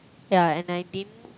yeah and I didn't